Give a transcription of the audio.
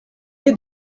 est